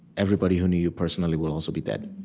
everybody who knew you personally will also be dead.